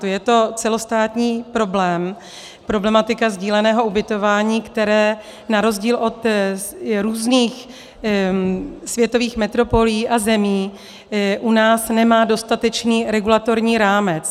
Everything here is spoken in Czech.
Je to celostátní problém, problematika sdíleného ubytování, které na rozdíl od různých světových metropolí a zemí u nás nemá dostatečný regulatorní rámec.